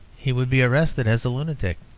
he would be arrested as a lunatic